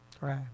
Right